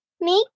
make